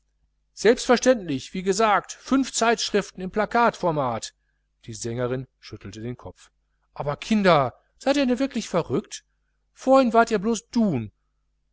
selbstverständlich wie gesagt fünf zeitschriften in plakatformat die sängerin schüttelte den kopf aber kinder seid ihr denn wirklich verrückt vorhin wart ihr doch blos duhn